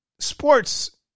Sports